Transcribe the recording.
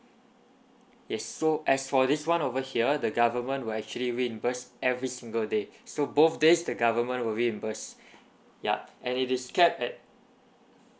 yes so as for this one over here the government will actually reimburse every single day so both days the government will reimburse yup and it is capped at